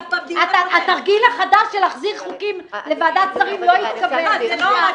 התרגיל החדש של להחזיר חוקים לוועדת השרים לא יתקבל פה.